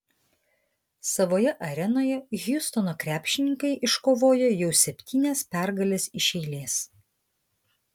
savoje arenoje hjustono krepšininkai iškovojo jau septynias pergales iš eilės